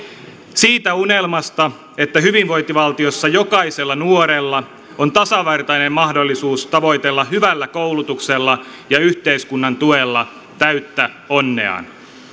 siitä unelmasta että hyvinvointivaltiossa jokaisella nuorella on tasavertainen mahdollisuus tavoitella hyvällä koulutuksella ja yhteiskunnan tuella täyttä onneaan